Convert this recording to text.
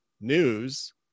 news